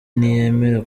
ntiyemera